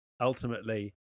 ultimately